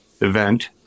event